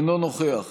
אינו נוכח